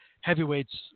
heavyweights